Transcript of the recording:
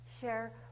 Share